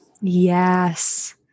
Yes